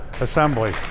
Assembly